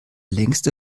längste